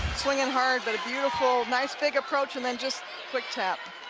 swinging hard, but a beautiful nice big approach and then just quick tap